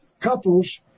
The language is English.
couples